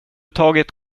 tagit